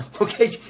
Okay